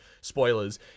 spoilers